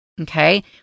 Okay